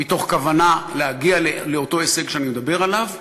מתוך כוונה להגיע לאותו הישג שאני מדבר עליו,